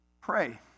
Pray